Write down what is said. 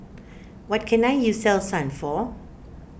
what can I use Selsun for